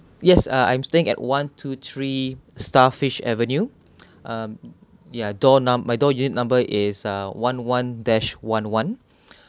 yes uh I'm staying at one to three starfish avenue um ya door num~ my door unit number is uh one one dash one one